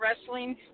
wrestling